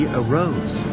arose